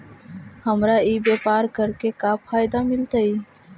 हमरा ई व्यापार करके का फायदा मिलतइ?